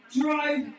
Drive